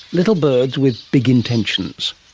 little birds with big intentions.